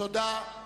תודה.